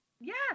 Yes